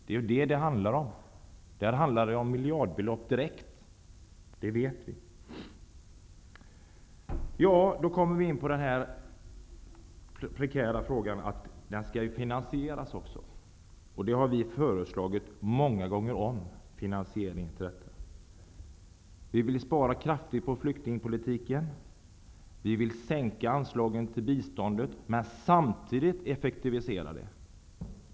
Där handlar det om miljardbelopp direkt, det vet vi. Då kommer vi in på den prekära frågan om att detta skall finansieras. Vi har många gånger om föreslagit finansiering av detta. Vi vill spara kraftigt på flyktingpolitiken. Vi vill sänka anslagen till biståndet men samtidigt effektivisera det.